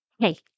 Hey